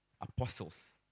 apostles